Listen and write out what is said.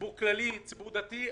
ציבור כללי וציבור דתי,